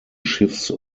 schiffs